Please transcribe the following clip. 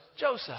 Joseph